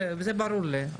זה ברור לי,